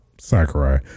Sakurai